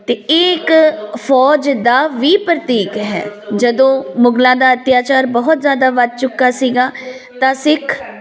ਅਤੇ ਇਹ ਇੱਕ ਫੌਜ ਦਾ ਵੀ ਪ੍ਰਤੀਕ ਹੈ ਜਦੋਂ ਮੁਗਲਾਂ ਦਾ ਅੱਤਿਆਚਾਰ ਬਹੁਤ ਜ਼ਿਆਦਾ ਵੱਧ ਚੁੱਕਾ ਸੀਗਾ ਤਾਂ ਸਿੱਖ